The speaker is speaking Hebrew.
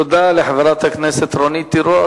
תודה לחברת הכנסת רונית תירוש.